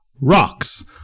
rocks